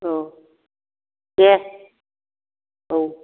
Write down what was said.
औ दे औ